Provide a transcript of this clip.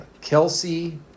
Kelsey